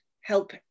help